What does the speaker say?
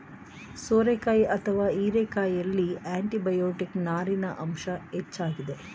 ಸೋರೆಕಾಯಿ ಅಥವಾ ಹೀರೆಕಾಯಿಯಲ್ಲಿ ಆಂಟಿಬಯೋಟಿಕ್, ನಾರಿನ ಅಂಶ ಹೆಚ್ಚಾಗಿದೆ